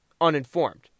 uninformed